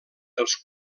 els